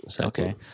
Okay